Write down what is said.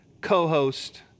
co-host